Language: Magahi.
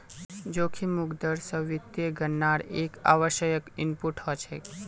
जोखिम मुक्त दर स वित्तीय गणनार एक आवश्यक इनपुट हछेक